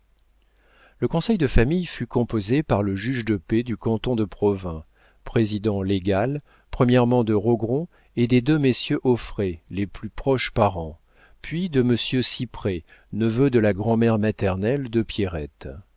le conseil de famille fut composé par le juge de paix du canton de provins président légal premièrement de rogron et des deux messieurs auffray les plus proches parents puis de monsieur ciprey neveu de la grand'mère maternelle de pierrette